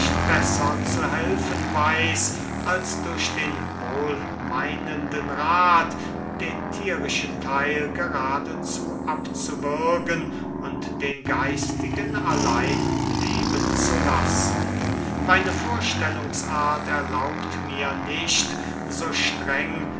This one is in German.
besser zu helfen weiß als durch den wohlmeinenden rath den thierischen theil geradezu abzuwürgen und den geistigen allein leben zu lassen meine vorstellungsart erlaubt mir nicht so streng